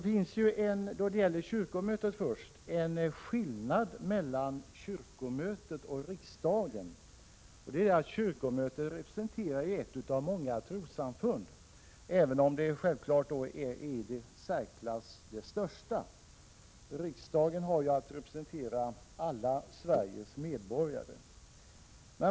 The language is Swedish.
Fru talman! En av skillnaderna mellan kyrkomötet och riksdagen är att kyrkomötet representerar ett av många trossamfund, även om det självfallet är det i särklass största. Riksdagen har att representera alla Sveriges medborgare.